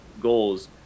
goals